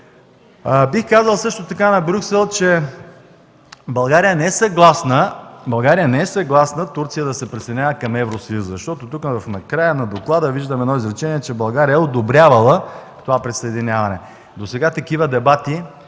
Бих казал също така на Брюксел, че България не е съгласна Турция да се присъединява към Евросъюза, защото накрая на доклада виждам едно изречение, че България е одобрявала това присъединяване. Досега такива дебати